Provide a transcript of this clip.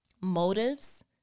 motives